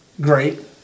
great